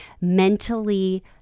mentally